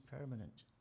permanent